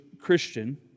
Christian